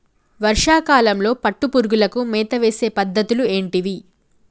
వర్షా కాలంలో పట్టు పురుగులకు మేత వేసే పద్ధతులు ఏంటివి?